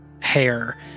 hair